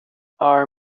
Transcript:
are